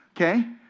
Okay